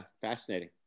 fascinating